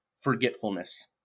forgetfulness